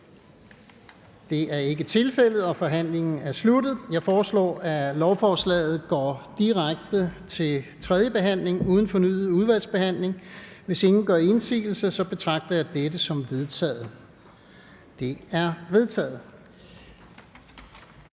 med undtagelse af DF)? Det er vedtaget. Jeg foreslår, at lovforslagene går direkte til tredje behandling uden fornyet udvalgsbehandling. Hvis ingen gør indsigelse, betragter jeg dette som vedtaget. Det er vedtaget.